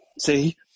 See